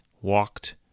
walked